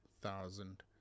thousand